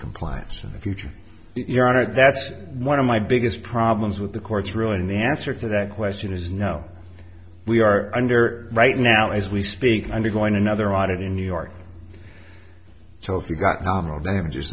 compliance in the future your honor that's one of my biggest problems with the court's ruling the answer to that question is no we are under right now as we speak undergoing another audit in new york so if you've got nominal damages